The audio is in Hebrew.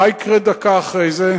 מה יקרה דקה אחרי זה?